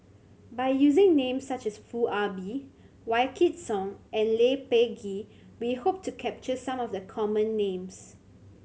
by using names such as Foo Ah Bee Wykidd Song and Lee Peh Gee we hope to capture some of the common names